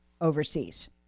overseas